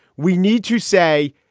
we need to say,